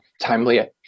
timely